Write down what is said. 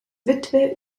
witwe